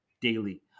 daily